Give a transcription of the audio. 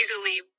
easily